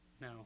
No